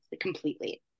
completely